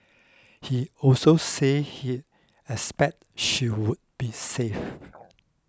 he also said he expect she would be saved